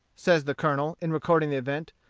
says the colonel, in recording the event,